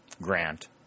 Grant